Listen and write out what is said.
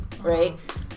right